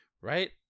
right